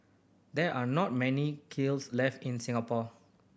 there are not many kilns left in Singapore